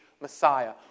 Messiah